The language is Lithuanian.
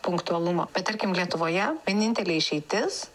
punktualumo bet tarkim lietuvoje vienintelė išeitis